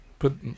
Put